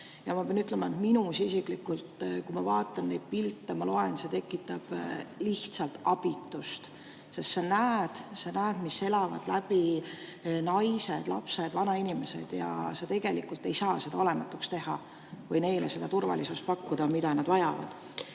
Ja ma pean ütlema, et minus isiklikult, kui ma vaatan neid pilte ja loen [toimuva kohta], see tekitab lihtsalt abitust. Sest sa näed, mida elavad läbi naised, lapsed, vanainimesed, ja sa tegelikult ei saa seda olematuks teha või neile pakkuda seda turvalisust, mida nad vajavad.